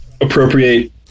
appropriate